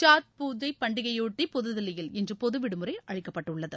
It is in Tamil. சாத் பூஜை பண்டிகைக்கு புதுதில்லியில் இன்று பொது விடுமுறை அளிக்கப்பட்டுள்ளது